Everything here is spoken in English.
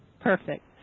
Perfect